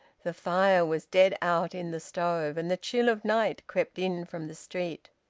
the fire was dead out in the stove, and the chill of night crept in from the street.